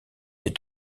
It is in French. des